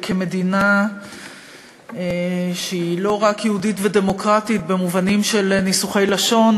כמדינה שהיא לא רק יהודית ודמוקרטית במובנים של ניסוחי לשון,